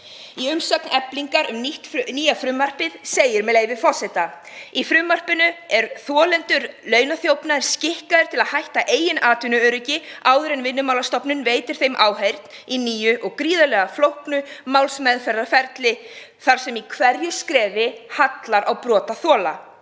Í umsögn Eflingar um nýja frumvarpið segir, með leyfi forseta: „Í frumvarpinu eru þolendur launaþjófnaðar skikkaðir til að hætta eigin atvinnuöryggi áður en Vinnumálastofnun veitir þeim áheyrn í nýju og gríðarlega flóknu málsmeðferðarferli, þar sem í hverju skrefi hallar á brotaþola.